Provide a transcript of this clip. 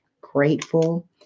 grateful